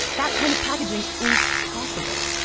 that kind of packaging is possible.